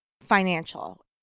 financial